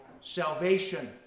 salvation